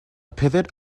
pivot